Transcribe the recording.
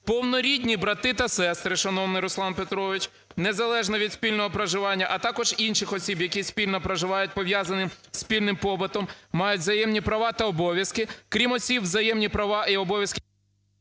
повнорідні брати та сестри (шановний Руслан Петрович), незалежно від спільного проживання, а також інших осіб, які спільно проживають, пов'язані спільним побутом, мають взаємні права та обов'язки (крім осіб, взаємні права і обов'язки…"